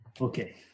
Okay